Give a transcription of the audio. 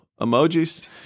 emojis